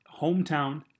hometown